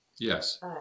Yes